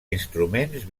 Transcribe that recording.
instruments